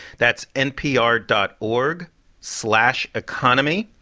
that's npr dot org slash economy.